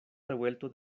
revuelto